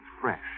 fresh